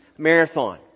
marathon